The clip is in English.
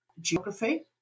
geography